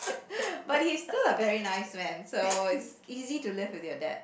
but he is still a very nice man so it's easy to live with your dad